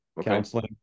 Counseling